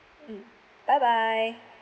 mm bye bye